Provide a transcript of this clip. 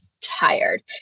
tired